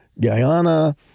Guyana